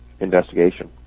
Investigation